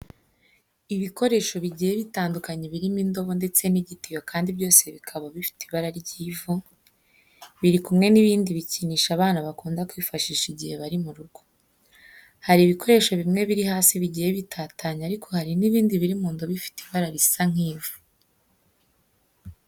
Ibikoresho bigiye bitandukanye birimo indobo ndetse n'igitiyo kandi byose bikaba bifite ibara ry'ivu, biri kumwe n'ibindi bikinisho abana bakunda kwifashisha igihe bari mu rugo. Hari ibikoresho bimwe biri hasi bigiye bitatanye ariko hari n'ibindi biri mu ndobo ifite ibara risa nk'ivu.